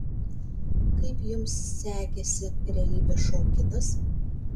kaip jums sekėsi realybės šou kitas